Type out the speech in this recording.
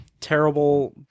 terrible